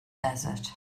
desert